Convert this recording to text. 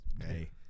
Hey